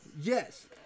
Yes